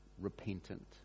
repentant